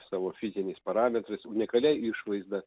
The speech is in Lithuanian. savo fiziniais parametrais unikalia išvaizda